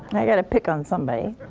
i've got to pick on somebody.